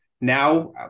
Now